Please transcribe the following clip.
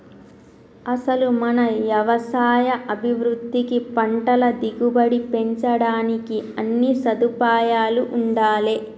అసలు మన యవసాయ అభివృద్ధికి పంటల దిగుబడి పెంచడానికి అన్నీ సదుపాయాలూ ఉండాలే